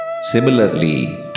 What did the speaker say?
Similarly